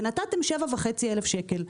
ונתתם 7,500 שקל.